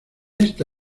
esta